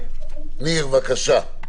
ניר, בבקשה.